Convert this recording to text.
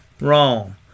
Wrong